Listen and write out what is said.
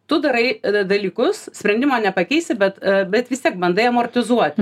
tu darai dalykus sprendimo nepakeisi bet bet vis tiek bandai amortizuoti